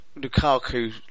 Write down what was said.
Lukaku